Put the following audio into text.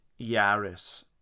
Yaris